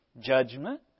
judgment